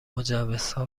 مجوزها